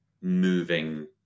moving